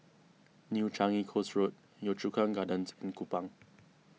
New Changi Coast Road Yio Chu Kang Gardens and Kupang